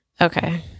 Okay